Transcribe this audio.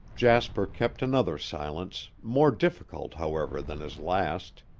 jasper kept another silence, more difficult, however, than his last.